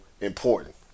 important